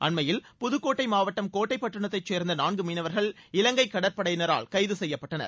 அண்மையில் புதுக்கோட்டை மாவட்டம் கோட்டை பட்டணத்தைச் சேர்ந்த நான்கு மீனவர்கள் இலங்கை கடற்படையினரால் கைது செய்யப்பட்டனர்